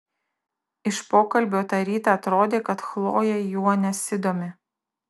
iš pokalbio tą rytą atrodė kad chlojė juo nesidomi